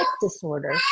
disorder